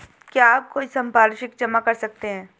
क्या आप कोई संपार्श्विक जमा कर सकते हैं?